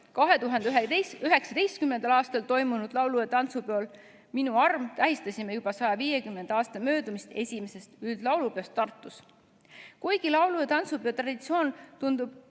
2019. aastal toimunud laulu- ja tantsupeol "Minu arm" tähistasime juba 150 aasta möödumist esimesest üldlaulupeost Tartus. Kuigi laulu- ja tantsupeo traditsioon tundub